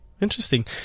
interesting